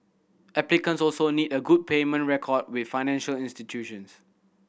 applicants also need a good payment record with financial institutions